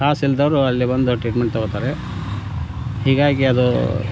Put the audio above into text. ಕಾಸಿಲ್ಲದವ್ರು ಅಲ್ಲಿ ಬಂದು ಟ್ರೀಟ್ಮೆಂಟ್ ತಗೋತಾರೆ ಹೀಗಾಗಿ ಅದು